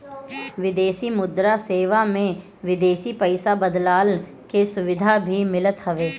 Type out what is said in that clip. विदेशी मुद्रा सेवा में विदेशी पईसा बदलला के सुविधा भी मिलत हवे